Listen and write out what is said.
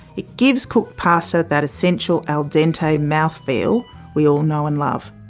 it gives cooked pasta that essential al dente mouth-feel we all know and love.